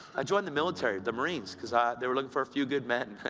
i joined the military, the marines, because ah they were looking for a few good men.